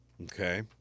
Okay